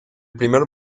primer